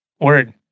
Word